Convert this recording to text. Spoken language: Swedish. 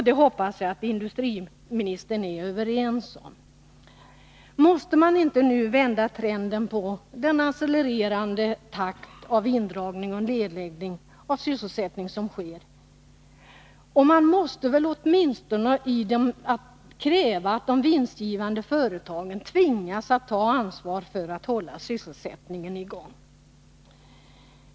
Det hoppas jag att industriministern är överens med oss om. Måste man inte nu vända trenden när det gäller den accelererande takt i vilken indragning och nedläggning av sysselsättning sker. Man måste väl åtminstone kräva att de vinstgivande företagen tvingas ta ansvar för att hålla sysselsättningen i gång.